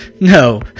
no